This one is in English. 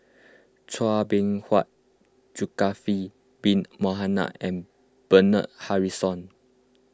Chua Beng Huat Zulkifli Bin Mohamed and Bernard Harrison